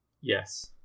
Yes